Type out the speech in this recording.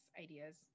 ideas